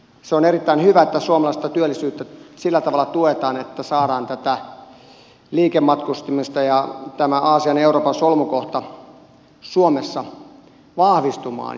se on erittäin hyvä että suomalaista työllisyyttä sillä tavalla tuetaan että saadaan tätä liikematkustamista ja tämä aasian ja euroopan solmukohta suomessa vahvistumaan